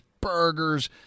burgers